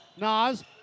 Nas